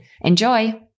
Enjoy